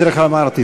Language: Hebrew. אמרתי,